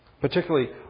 particularly